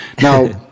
now